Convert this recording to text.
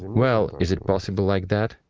well, is it possible like that?